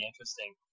interesting